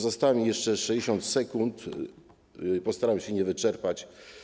Zostało mi jeszcze 60 sekund, postaram się je wyczerpać.